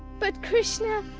but krishna,